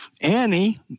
Annie